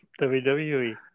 WWE